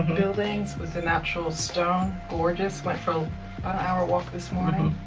buildings with the natural stone, gorgeous. went for about an hour walk this morning.